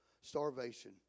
starvation